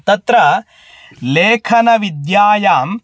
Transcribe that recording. तत्र लेखनविद्यायां